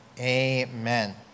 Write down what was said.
Amen